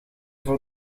voor